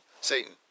Satan